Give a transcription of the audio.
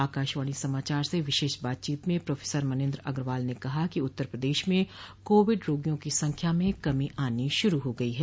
आकाशवाणी समाचार से विशेष बातचीत में प्रोफेसर मनिन्द्र अग्रवाल ने कहा कि उत्तर प्रदेश में कोविड रोगियों की संख्या में कमी आनी शुरू हो गई है